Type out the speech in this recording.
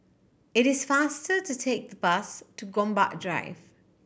it is faster to take the bus to Gombak Drive